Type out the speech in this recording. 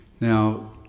now